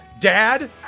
dad